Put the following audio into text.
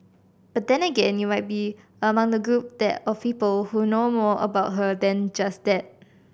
but then again you might be among the group there of people who know more about her than just that